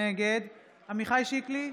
נגד עמיחי שיקלי,